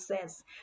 says